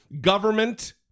government